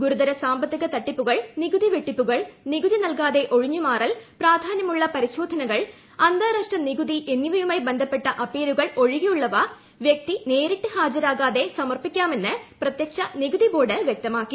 ഗുരുതര സാമ്പത്തിക തട്ടിപ്പുകൾ നികുതി വെട്ടിപ്പുകൾ നികുതി നൽകാതെ ഒഴിഞ്ഞുമാറൽ പ്രാധാന്യമുള്ള പരിശോധനകൾ അന്താരാഷ്ട്ര നികുതി എന്നിവയുമായി ബന്ധപ്പെട്ട അപ്പീലുകൾ ഒഴികെയുള്ളവ വ്യക്തി നേരിട്ട് ഹാജരാകാതെ സമർപ്പിക്കാറ്മെന്ന് പ്രത്യക്ഷ നികുതി ബോർഡ് വ്യക്തമാക്കി